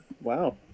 wow